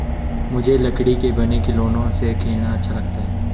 मुझे लकड़ी के बने खिलौनों से खेलना अच्छा लगता है